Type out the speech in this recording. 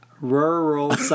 Rural